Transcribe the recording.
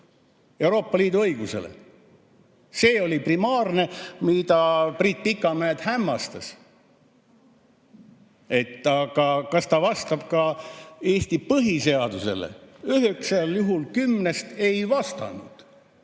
Euroopa Liidu õigusega. See oli primaarne. See Priit Pikamäed hämmastas. Aga kas ta vastab ka Eesti põhiseadusele? Üheksal juhul kümnest ei vastanud.